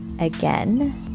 again